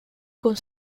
con